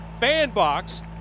bandbox